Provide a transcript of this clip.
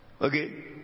Okay